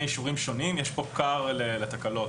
אישורים שונים יש כאן כר לתקלות.